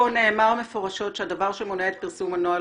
פה נאמר מפורשות שהדבר שמונע את פרסום הנוהל,